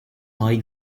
like